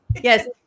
Yes